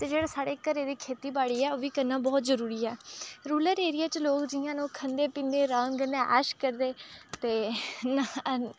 ते जेह्ड़े साढ़े घरै दी खेतीबाड़ी ऐ ओह् बी करना बोह्त जरूरी ऐ रूरल ऐरिये च लोग जियां न ओह् खंदे पींदे अराम कन्नै ऐश करदे ते न